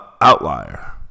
outlier